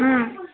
ହୁଁ